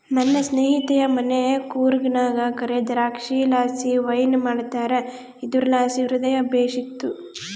ನನ್ನ ಸ್ನೇಹಿತೆಯ ಮನೆ ಕೂರ್ಗ್ನಾಗ ಕರೇ ದ್ರಾಕ್ಷಿಲಾಸಿ ವೈನ್ ಮಾಡ್ತಾರ ಇದುರ್ಲಾಸಿ ಹೃದಯ ಬೇಶಿತ್ತು